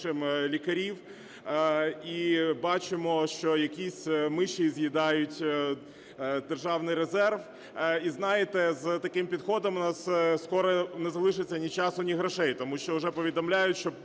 і бачимо, що якісь миші з'їдають державний резерв. І, знаєте, з таким підходом у нас скоро не залишиться ні часу, ні грошей, тому що уже повідомляють,